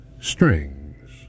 Strings